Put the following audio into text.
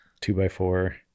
two-by-four